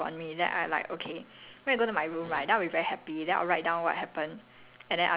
then I tell my sister then she don't care then I tell my brothers then one of my brother will respond me then I like okay